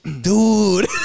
dude